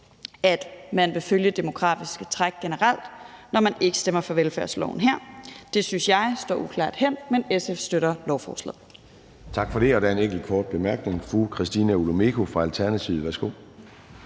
at man vil følge det demografiske træk generelt, når man ikke stemmer for velfærdsforslaget her. Det synes jeg står uklart hen. Men SF støtter lovforslaget.